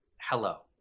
hello